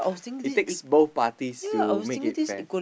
it takes both parties to make it fair